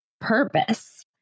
purpose